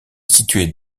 située